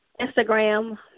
Instagram